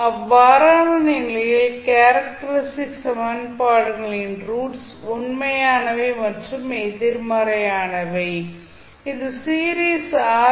அவ்வாறான நிலையில் கேரக்டரிஸ்டிக் சமன்பாடுகளின் ரூட்ஸ் உண்மையானவை மற்றும் எதிர்மறையானவை இது சீரிஸ் ஆர்